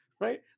Right